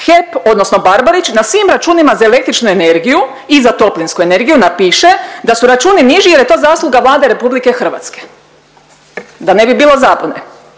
HEP odnosno Barbarić na svim računima za električnu energiju i za toplinsku energiju napiše da su računi niži jer je to zasluga Vlade RH, da ne bi bilo zabune.